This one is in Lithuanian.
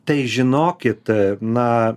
tai žinokit na